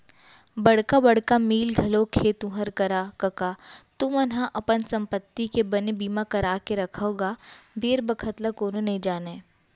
बड़का बड़का मील घलोक हे तुँहर करा कका तुमन ह अपन संपत्ति के बने बीमा करा के रखव गा बेर बखत ल कोनो नइ जानय